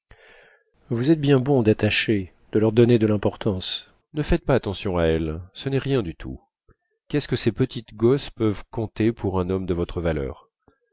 vous êtes bien bon d'attacher de leur donner de l'importance ne faites pas attention à elles ce n'est rien du tout qu'est-ce que ces petites gosses peuvent compter pour un homme de votre valeur